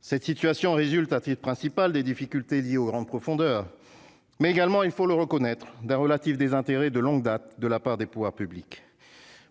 cette situation résulte titre principal des difficultés liées aux grandes profondeurs, mais également il faut le reconnaître, d'un relatif désintérêt de longue date de la part des pouvoirs publics,